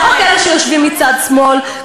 לא רק אלה שיושבים מצד שמאל,